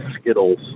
Skittles